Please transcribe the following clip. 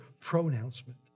pronouncement